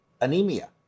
anemia